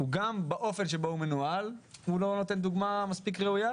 גם באופן שבו הוא מנוהל הוא לא נותן דוגמה מספיק ראויה,